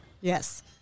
Yes